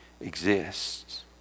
exists